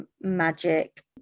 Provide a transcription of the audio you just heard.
magic